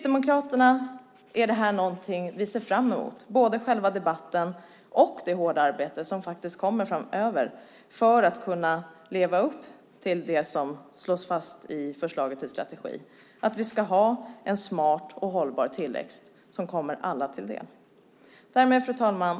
Det här är något vi ser fram emot i Kristdemokraterna, både debatten och det hårda arbete som kommer framöver för att kunna leva upp till det som slås fast i förslaget till strategi, nämligen att ha en smart och hållbar tillväxt som kommer alla till del. Fru talman!